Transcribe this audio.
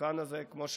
כמו שאמרתי,